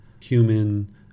human